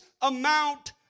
amount